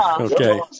Okay